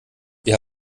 wir